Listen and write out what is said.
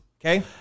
Okay